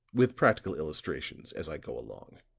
with practical illustrations as i go along.